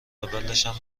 اولشم